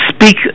Speak